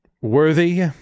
Worthy